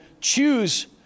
Choose